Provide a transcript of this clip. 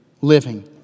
living